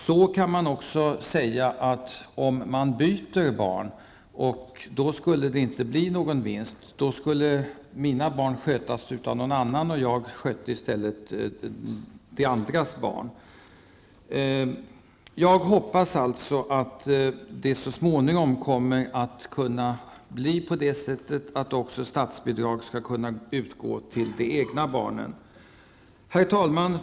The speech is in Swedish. Det skulle kunna sägas att det, om man byter barn, inte skulle bli någon vinst -- då skulle mina barn skötas av någon annan, och jag skulle sköta någon annans barn. Jag hoppas alltså att det så småningom blir möjligt att statsbidrag utgår även till vård av egna barn. Herr talman!